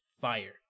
fire